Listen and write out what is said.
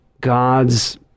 God's